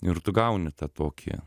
ir tu gauni tą tokį